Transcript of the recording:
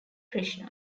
krishna